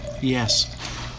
Yes